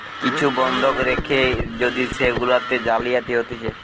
কিছু বন্ধক রেখে যদি সেগুলাতে জালিয়াতি হতিছে